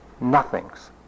nothings